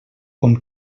com